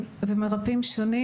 ומרפאים שונים.